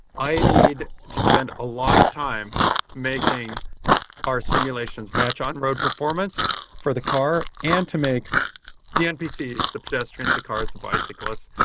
i need to spend a lot of time making our simulations match on road performance for the car and to make the npcs, the pedestrians, the cars, the bicyclists,